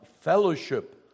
fellowship